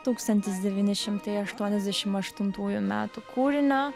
tūkstantis devyni šimtai aštuoniasdešimt aštuntųjų metų kūrinio